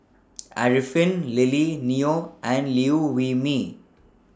Arifin Lily Neo and Liew Wee Mee